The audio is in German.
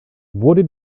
wurde